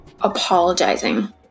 apologizing